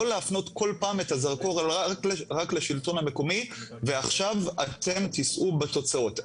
לא להפנות כל פעם את הזרקור רק לשלטון המקומי ועכשיו אתם תישאו בתוצאות.